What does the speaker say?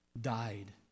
died